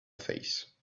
face